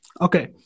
Okay